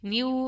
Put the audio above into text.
New